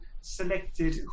selected